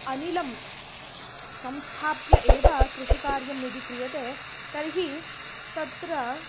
अनिलं संस्थाप्य एव कृषिकार्यं यदि क्रियते तर्हि तत्र